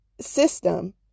system